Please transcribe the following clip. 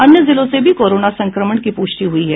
अन्य जिलों से भी कोरोना संक्रमण की पुष्टि हुई है